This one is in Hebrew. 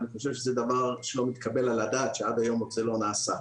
אני חושב שזה דבר שלא מתקבל על הדעת שעד היום זה לא נעשה.